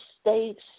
States